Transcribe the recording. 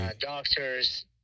doctors